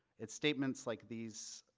it statements like these,